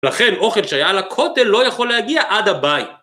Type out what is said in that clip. לכן אוכל שהיה על הכותל לא יכול להגיע עד הבית.